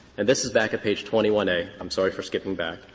and this is back at page twenty one a i'm sorry for skipping back.